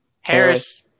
Harris